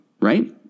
Right